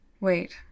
Wait